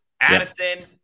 Addison